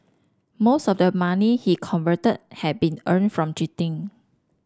most of the money he converted had been earn from cheating